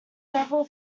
several